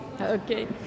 Okay